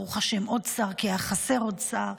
ברוך השם, עוד שר, כי היה חסר עוד שר.